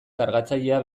kargatzailea